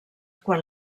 quan